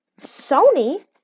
Sony